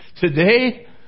today